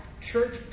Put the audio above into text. church